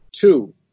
Two